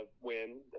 win